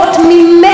תודה, אדוני.